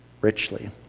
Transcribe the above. richly